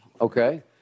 Okay